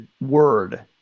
word